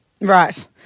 Right